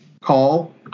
call